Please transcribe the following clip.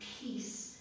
peace